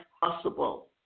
possible